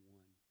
one